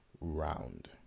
round